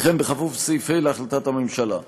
וכן בכפוף לסעיף ה' להחלטת הממשלה.